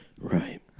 Right